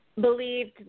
believed